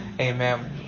Amen